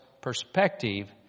perspective